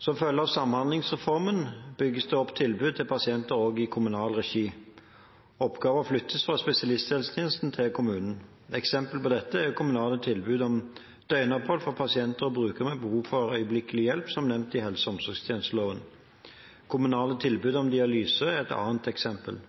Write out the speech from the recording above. Som følge av samhandlingsreformen bygges det opp tilbud til pasienter også i kommunal regi. Oppgaver flyttes fra spesialisthelsetjenesten til kommunene. Et eksempel på dette er kommunale tilbud om døgnopphold for pasienter og brukere med behov for øyeblikkelig hjelp som nevnt i helse- og omsorgstjenesteloven. Kommunale tilbud om